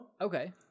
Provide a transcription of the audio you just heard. Okay